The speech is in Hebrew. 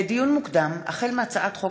לדיון מוקדם, החל בהצעת חוק